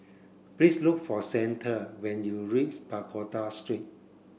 please look for Zander when you reach Pagoda Street